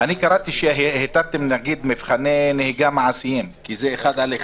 התרתם מבחני נהיגה מעשיים, שזה 1 על 1,